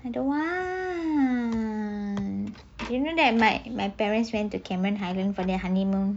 I don't want you know that my my parents went to cameron highland from their honeymoon